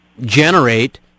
generate